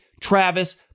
Travis